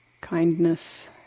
Kindness